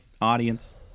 audience